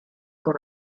con